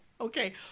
okay